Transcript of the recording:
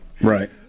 Right